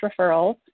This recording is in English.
referrals